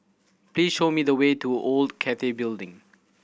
please show me the way to Old Cathay Building